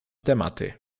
tematy